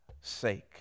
sake